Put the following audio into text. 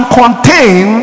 contain